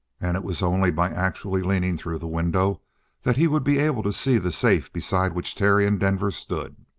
and it was only by actually leaning through the window that he would be able to see the safe beside which terry and denver stood.